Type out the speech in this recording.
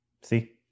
See